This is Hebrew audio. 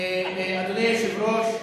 אדוני היושב-ראש,